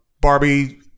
Barbie